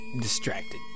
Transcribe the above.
distracted